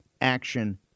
action